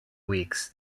weeks